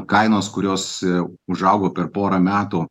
kainos kurios užaugo per porą metų